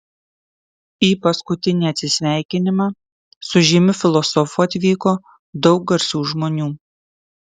į paskutinį atsisveikinimą su žymiu filosofu atvyko daug garsių žmonių